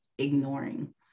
Ignoring